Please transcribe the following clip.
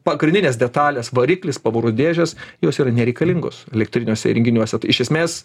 pagrindinės detalės variklis pavarų dėžės jos yra nereikalingos elektriniuose įrenginiuose tai iš esmės